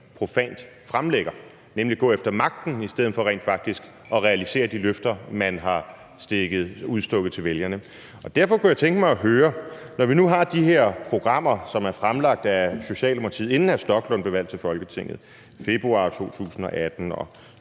profant fremlægger, nemlig at gå efter magten i stedet for rent faktisk at realisere de løfter, man har udstukket til vælgerne. Derfor kunne jeg tænke mig at høre, når vi nu har de her programmer, som er fremlagt af Socialdemokratiet, inden hr. Rasmus Stoklund blev valgt til Folketinget, i februar 2018 og